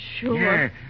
sure